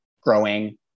growing